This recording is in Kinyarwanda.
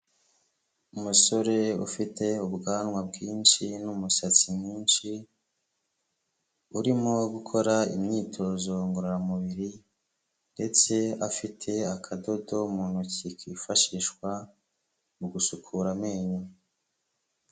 Umusore ufite ubwanwa bwinshi n'umusatsi mwinshi, urimo gukora imyitozo ngororamubiri ndetse afite akadodo mu ntoki kifashishwa mu gusukura amenyo.